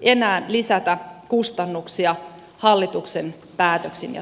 enää lisätä kustannuksia hallituksen päätöksin ja toimin